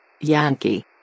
Yankee